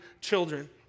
children